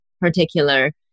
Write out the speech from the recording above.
particular